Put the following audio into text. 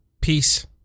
Peace